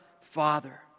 Father